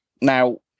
Now